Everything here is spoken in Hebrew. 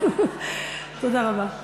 תודה רבה.